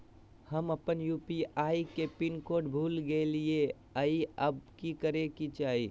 हम अपन यू.पी.आई के पिन कोड भूल गेलिये हई, अब की करे के चाही?